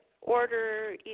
order